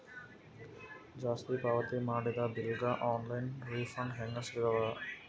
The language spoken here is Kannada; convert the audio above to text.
ಜಾಸ್ತಿ ಪಾವತಿ ಮಾಡಿದ ಬಿಲ್ ಗ ಆನ್ ಲೈನ್ ರಿಫಂಡ ಹೇಂಗ ಸಿಗತದ?